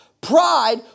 Pride